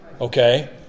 okay